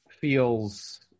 feels